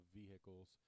vehicles